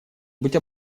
быть